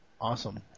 Awesome